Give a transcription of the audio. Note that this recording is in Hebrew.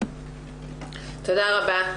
תודה רבה.